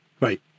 Right